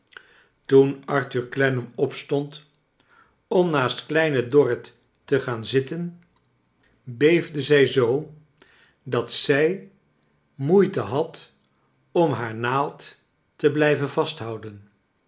toen arthur clennam opstond om naast kleine dorrit te gaan zitten chables dickens beefde zij zoo dat zij moeite had om haar naald te blij ven